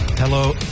Hello